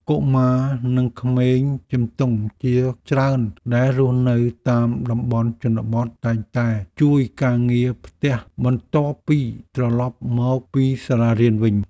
កុមារនិងក្មេងជំទង់ជាច្រើនដែលរស់នៅតាមតំបន់ជនបទតែងតែជួយការងារផ្ទះបន្ទាប់ពីត្រឡប់មកពីសាលារៀនវិញ។